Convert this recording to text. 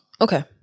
Okay